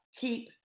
keep